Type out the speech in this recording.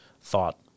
thought